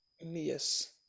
Yes